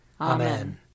Amen